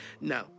No